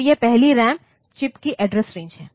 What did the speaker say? तो यह पहली रैम चिप की एड्रेस रेंज है